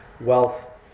wealth